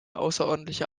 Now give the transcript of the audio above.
außerordentliche